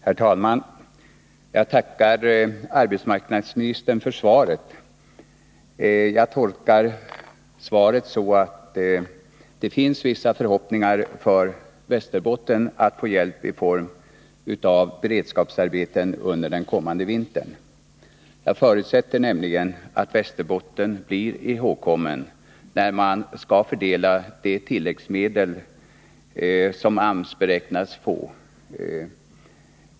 Herr talman! Jag tackar arbetsmarknadsministern för svaret. Jag tolkar svaret så att det finns vissa förhoppningar för Västerbotten att få hjälp i form av beredskapsarbeten under den kommande vintern. Jag förutsätter nämligen att Västerbotten blir ihågkommet när man skall fördela de tilläggsmedel som AMS beräknas få.